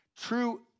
True